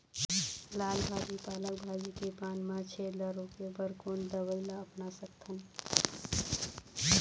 लाल भाजी पालक भाजी के पान मा छेद ला रोके बर कोन दवई ला अपना सकथन?